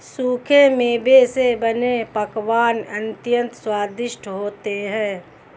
सूखे मेवे से बने पकवान अत्यंत स्वादिष्ट होते हैं